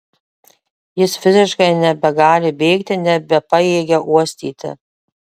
jis fiziškai nebegali bėgti nebepajėgia uostyti